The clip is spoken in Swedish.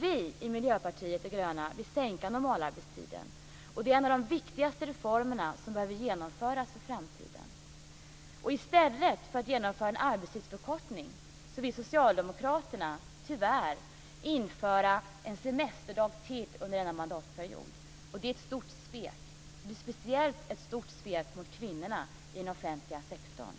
Vi i Miljöpartiet de gröna vill sänka normalarbetstiden, och det är en av de viktigaste reformer som behöver genomföras i framtiden. I stället för att genomföra en arbetstidsförkortning vill socialdemokraterna tyvärr införa en semesterdag till under denna mandatperiod. Det är ett stort svek, speciellt mot kvinnorna i den offentliga sektorn.